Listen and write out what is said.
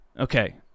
Okay